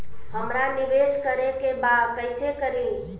हमरा निवेश करे के बा कईसे करी?